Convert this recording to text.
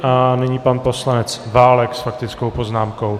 A nyní pan poslanec Válek s faktickou poznámkou.